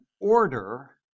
order